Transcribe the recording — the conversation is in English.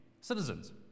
citizens